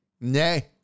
Nay